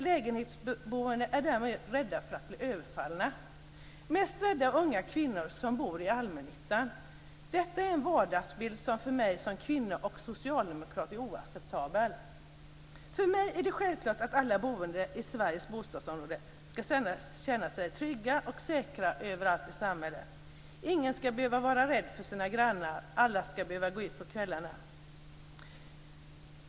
Lägenhetsboende är däremot rädda för att bli överfallna. Mest rädda är unga kvinnor som bor i allmännyttan. Detta är en vardagsbild som för mig som kvinna och socialdemokrat är oacceptabel. För mig är det självklart att alla boende i Sveriges bostadsområden ska känna sig trygga och säkra överallt i samhället. Ingen ska behöva vara rädd för sina grannar. Alla ska våga gå ut på kvällarna.